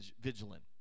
vigilant